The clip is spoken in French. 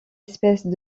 espèces